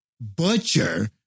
Butcher